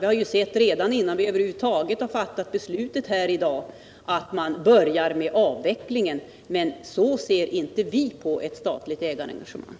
Vi har ju märkt redan innan vi över huvud taget har fattat beslutet här i dag, att man börjar med avvecklingen. Men så ser inte vi på ett statligt ägarengagemang.